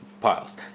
piles